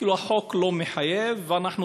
כאילו החוק לא מחייב ואנחנו,